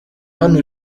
hano